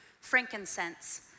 frankincense